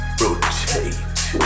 rotate